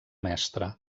mestre